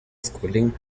schooling